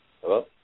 Hello